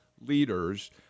leaders